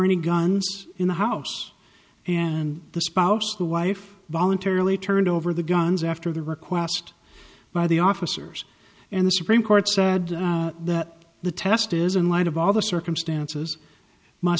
any guns in the house and the spouse the wife voluntarily turned over the guns after the request by the officers and the supreme court said that the test is in light of all the circumstances m